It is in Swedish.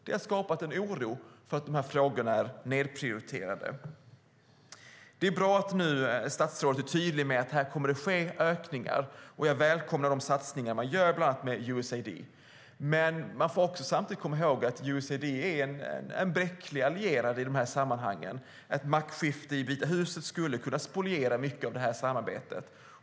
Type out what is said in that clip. Det har skapat en oro för att frågorna är nedprioriterade. Det är bra att statsrådet nu är tydlig med att det kommer att ske ökningar. Jag välkomnar de satsningar man gör bland annat med US Aid. Men man får samtidigt komma ihåg att US Aid är en bräcklig allierad i dessa sammanhang. Ett maktskifte i Visa huset skulle kunna spoliera mycket av samarbetet.